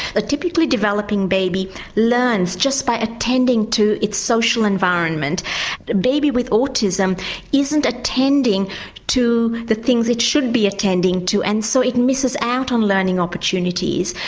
a typically developing baby learns just by attending to its social environment. a baby with autism isn't attending to the things it should be attending to and so it misses out on learning opportunities.